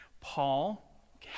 Paul